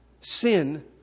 sin